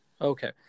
okay